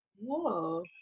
Whoa